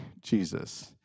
Jesus